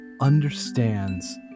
understands